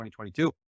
2022